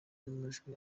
n’amajwi